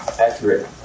accurate